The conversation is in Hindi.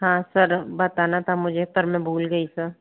हाँ सर बताना था मुझे पर मैं भूल गई सर